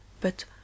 but